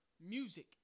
music